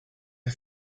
the